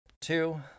two